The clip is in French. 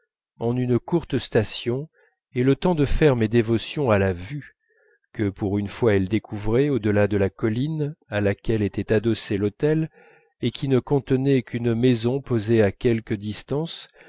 en une courte station et le temps de faire mes dévotions à la vue que pour une fois elle découvrait au delà de la colline à laquelle était adossé l'hôtel et qui ne contenait qu'une maison posée à quelque distance